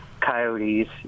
coyotes